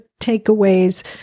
takeaways